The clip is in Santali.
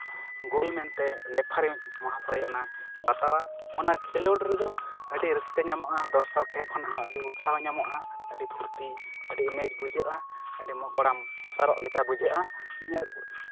ᱜᱳᱞ ᱢᱮᱱᱛᱮ ᱨᱮᱯᱷᱟᱨᱤ ᱢᱚᱦᱟᱥᱚᱭ ᱚᱱᱟ ᱵᱟᱛᱟᱣᱟ ᱚᱱᱟ ᱠᱷᱮᱞᱳᱰ ᱨᱮᱫᱚ ᱟᱹᱰᱤ ᱨᱟᱹᱥᱠᱟᱹ ᱧᱟᱢᱚᱜᱼᱟ ᱫᱚᱨᱥᱚᱠ ᱴᱷᱮᱱ ᱠᱷᱚᱱ ᱦᱚᱸ ᱟᱹᱰᱤ ᱩᱛᱥᱟᱦᱚ ᱧᱟᱢᱚᱜᱼᱟ ᱟᱹᱰᱤ ᱯᱷᱩᱨᱛᱤ ᱟᱹᱰᱤ ᱟᱢᱮᱡᱽ ᱵᱩᱡᱷᱟᱹᱜᱼᱟ ᱠᱚᱲᱟᱢ ᱚᱥᱟᱨᱚᱜ ᱞᱮᱠᱟ ᱵᱩᱡᱷᱟᱹᱜᱼᱟ ᱤᱧᱟᱹᱜ